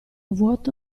vuoto